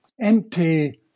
empty